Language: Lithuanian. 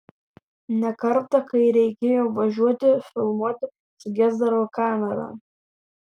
ne kartą kai reikėjo važiuoti filmuoti sugesdavo kamera